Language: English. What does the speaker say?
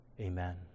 Amen